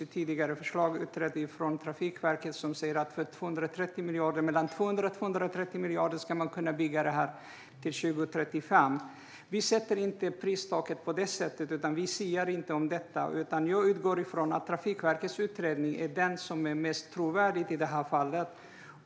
Det tidigare förslaget i Trafikverkets utredning säger att man för 200-230 miljarder ska kunna bygga detta till 2035. Vi sätter inte något pristak på det sättet. Vi siar inte om detta. Jag utgår ifrån att Trafikverkets utredning är den som är mest trovärdig i detta fall.